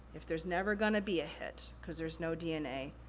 if there's never gonna be a hit, cause there's no dna,